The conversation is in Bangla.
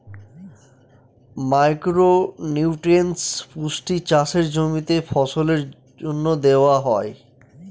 মাইক্রো নিউট্রিয়েন্টস পুষ্টি চাষের জমিতে ফসলের জন্য দেওয়া হয়